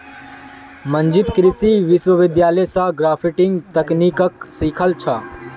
मंजीत कृषि विश्वविद्यालय स ग्राफ्टिंग तकनीकक सीखिल छ